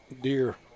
deer